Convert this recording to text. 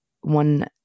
one